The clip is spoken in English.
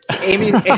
amy